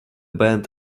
band